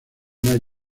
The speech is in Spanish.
mayo